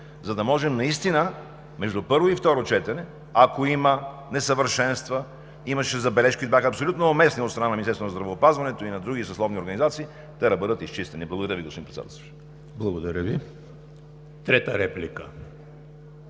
за да можем наистина между първо и второ четене, ако има несъвършенства, имаше забележки и бяха абсолютно уместни от страна на Министерството на здравеопазването и на други съсловни организации, те да бъдат изчистени. Благодаря Ви, господин Председател. ПРЕДСЕДАТЕЛ ЕМИЛ ХРИСТОВ: Благодаря Ви. Трета реплика?